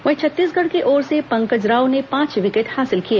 वहीं छत्तीसगढ़ की ओर से पंकज राव ने पांच विकेट हासिल किए